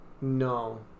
No